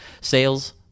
sales